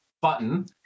button